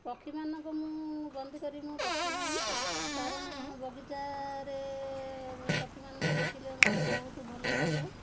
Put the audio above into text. ପକ୍ଷୀମାନଙ୍କୁ ମୁଁ ବନ୍ଦୀ କରି ମୁଁ ରଖେ ନାହିଁ କାରଣ ବଗିଚାରେ ପକ୍ଷୀମାନଙ୍କୁ ଦେଖିଲେ ମୋତେ ବହୁତ ଭଲ ଲାଗେ